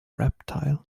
reptile